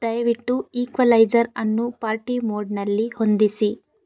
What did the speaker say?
ದಯವಿಟ್ಟು ಈಕ್ವಲೈಜರ್ ಅನ್ನು ಪಾರ್ಟಿ ಮೋಡ್ನಲ್ಲಿ ಹೊಂದಿಸಿ